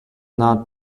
not